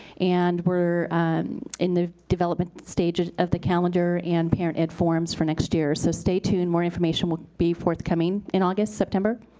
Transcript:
and we're in the development stage of of the calendar and parent ed forums for next year. so stay tuned, more information will be forthcoming in august, september,